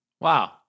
Wow